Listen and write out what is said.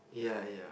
ya ya